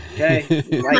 Okay